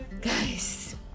Guys